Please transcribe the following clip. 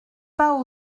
pas